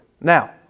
Now